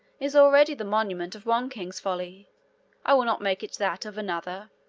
is already the monument of one king's folly i will not make it that of another.